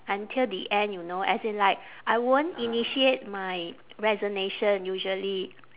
until the end you know as in like I won't initiate my resignation usually